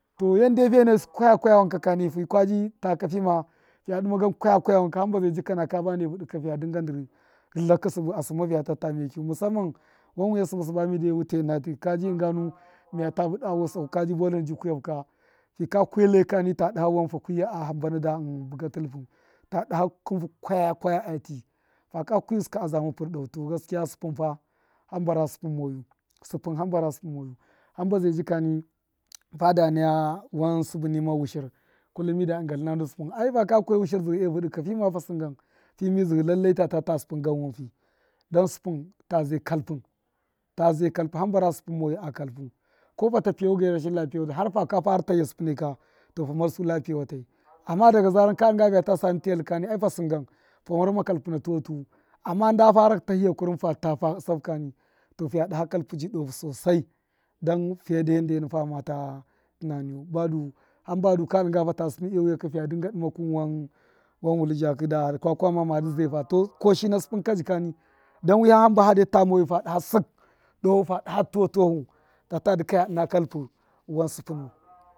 To yande fiye nayusṫ kwaya kwaya wankakani fi ka bṫ ta ka, fima fiya dṫma gan karaya kwaya wanka hamba zai dika naka bane vṫdṫ ka fiya dṫnnga ndṫ rṫlta ka sṫbṫ a sṫmma fiya ta taa ma wutu, musamman wan wṫya sṫbṫ sṫba mide wute ṫna ltṫn naka gwugwaya vṫda vuwa saku ṫna ltṫn fa kwa kuya wuta doo ltṫn ka ta daha wan arotake dṫ kuyusṫ ta daha kunfu kwaya kwaya atṫ, tuma dada purda kṫnfu, to gaskiya hanba ra sṫpṫm moyu hamba zai jika mida naya wan sṫbṫ nima wushin kullum mida dṫnya ltṫna ndu sṫpṫn, ai fakwa kuya wushir zdṫhṫ ce vṫdṫ ka fima fa sṫn gan, fi mizdṫhṫ lallai tata taa sṫpum gan wan fi, don sṫpṫn ta zai kalpṫ, hamba ra sṫpṫn moyu a kalpu, ko fata piyaku ge rashin lapṫya watṫ, haka ta sṫpune ku to ha marzu tapiyewatai amma ka dinga nu fiya ta sa ndṫ teltṫ ka ai fa sṫngan fa marma kalpṫ na tuwutuwu amma nda faraka tahiya kurum fata fa ṫsafu kani ta fṫya daha kalpṫ di doohu sosai, rahiya himba du fama ta tunaniyu, fa kwe ta sṫpṫne wiya kani fa da dahafu su ndṫ wan multi zhakṫ, da kwakwa ma madṫ zaifa to ṫshashṫ na kurṫn ka jika, don wiham mayu sṫba hade ta ha daha hu fadṫn sik wan sṫpṫnu.